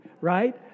Right